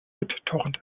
bittorrent